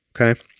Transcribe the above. okay